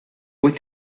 with